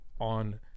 on